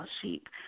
sheep